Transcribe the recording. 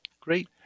Great